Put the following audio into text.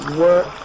work